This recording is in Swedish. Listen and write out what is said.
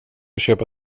köpa